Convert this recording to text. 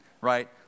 right